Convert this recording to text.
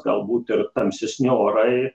galbūt ir tamsesni orai